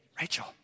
Rachel